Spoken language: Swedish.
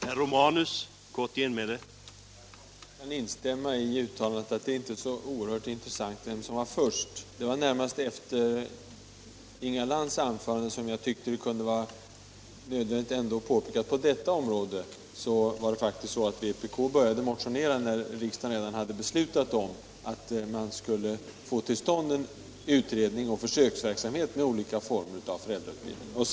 Herr talman! Jag kan instämma i uttalandet att det inte är så oerhört intressant vem som var först. Det var närmast efter Inga Lantz anförande som jag tyckte att det ändå kunde vara värt att påpeka att på detta område började vänsterpartiet kommunisterna faktiskt motionera när riksdagen redan hade beslutat tillsätta en utredning och få till stånd en försöksverksamhet med olika former av föräldrautbildning.